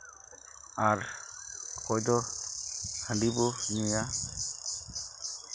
ᱟᱨ ᱚᱠᱚᱭ ᱫᱚ ᱦᱟᱺᱰᱤ ᱵᱚᱱ ᱧᱩᱭᱟ